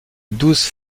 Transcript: douze